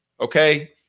okay